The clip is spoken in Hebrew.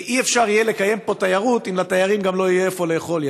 ולא יהיה אפשר לקיים פה תיירות אם לתיירים גם לא יהיה איפה לאכול,